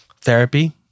therapy